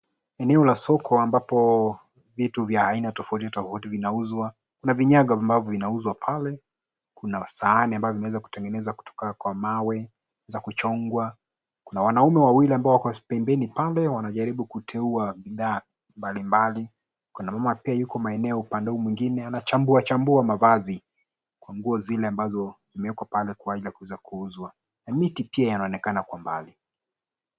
Eneo la soko ambapo vitu vya aina tofauti tofauti vinauzwa. Kuna vinyago ambavyo vinauzwa pale, kuna sahani ambazo zimeweza kutengenezwa kutoka kwa mawe za kuchongwa. Kuna wanaume wawili ambao wako pembeni pale wanajaribu kuteua bidhaa mbalimbali. Kuna mama pia yuko maeneo ya upande huu mwengine anachambua chambua mavazi kwa nguo zile ambazo zimewekwa pale kwa ajili kuweza kuuzwa na miti pia yanaonekana kwa mbali.